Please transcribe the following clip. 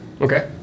Okay